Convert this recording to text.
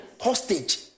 hostage